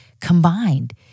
combined